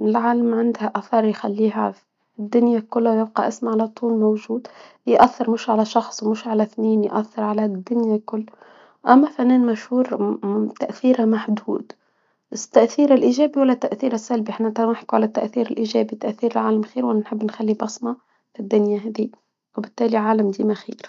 العالم عندها اثر يخليها الدنيا كلها يبقى اثم على طول موجود. يأثر مش على شخص مش على سنين يؤثر على الدنيا الكل. او مثلا مشهور تأثيره محدود. مش تأثير الايجابي ولا التأثير السلبي على التأثير الإيجابي تأثير ونحب نخلي بصمة الدنيا هاذي وبالتالي عالم ديما خيل